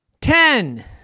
ten